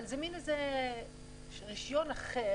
אבל זה מעין רישיון אחר.